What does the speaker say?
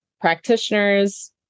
practitioners